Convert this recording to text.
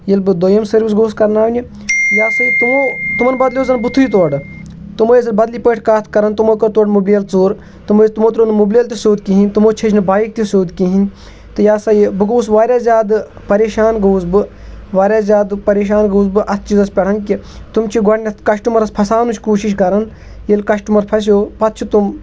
ییٚلہِ بہٕ دوٚیِم سٔروِس گوٚوُس کَرناونہِ یہِ ہسا یہِ تِمَن بَدلیٚو زَن بُتھٕے تورٕ تِم ٲسۍ بَدلٕے پٲٹھۍ کَتھ کَران تِمو کٔر تورٕ مُبلیل ژوٗر تِم ٲسۍ تِمو ترٛوو مُبلیل تہِ سیٚود کِہیٖنٛۍ تہٕ تِمو چھٔج نہٕ بایَک تہِ سیٚود کِہیٖنٛۍ تہٕ یہِ ہَسا یہِ بہٕ گوٚوُس وارِیاہ زیادٕ پَریشان گوٚوُس بہٕ وارِیاہ زیادٕ پَریشان گوٚوُس بہٕ اَتھ چیٖزَس پؠٹھ کہِ تِم چھِ گۄڈٕنیٚتھ کَسٹٕمَرَس فَساونٕچ کوٗشِش کَران ییٚلہِ کَسٹٕمَر فَسیٚو پَتہٕ چھِ تِم